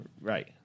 Right